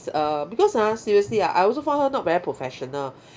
err because ah seriously ah I also found her not very professional